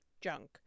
junk